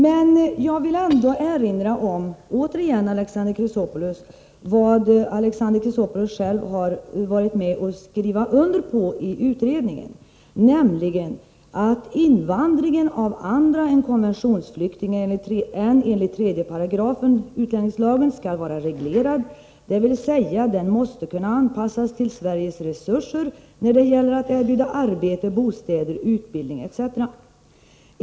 Jag vill ändå återigen erinra Alexander Chrisopoulos om vad han själv har varit med om att skriva under i utredningen, nämligen att invandringen av andra än konventionsflyktingar enligt 3 § utlänningslagen skall vara reglerad, dvs. den måste kunna anpassas till Sveriges resurser när det gäller att erbjuda arbete, bostäder, utbildning etc.